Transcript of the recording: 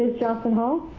johnson hall.